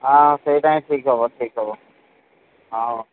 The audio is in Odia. ହଁ ସେଇଟା ହିଁ ଠିକ ହବ ଠିକ ହବ ହଉ